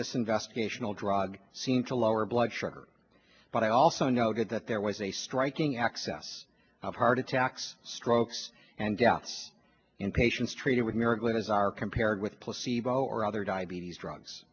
this investigation all drug seemed to lower blood sugar but i also noted that there was a striking access of heart attacks strokes and deaths in patients treated with miracle a bizarre compared with placebo or other diabetes drugs